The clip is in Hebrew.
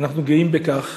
ואנחנו גאים בכך